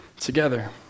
together